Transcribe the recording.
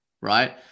right